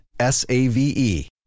S-A-V-E